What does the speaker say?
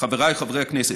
חבריי חברי הכנסת,